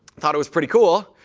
thought it was pretty cool.